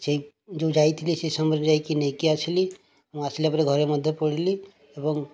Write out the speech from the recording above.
ସେହି ଯେଉଁ ଯାଇଥିଲି ସେ ସମୟରେ ଯାଇକି ନେଇକି ଆସିଲି ମୁଁ ଆସିଲା ପରେ ଘରେ ମଧ୍ୟ ପଢ଼ିଲି ଏବଂ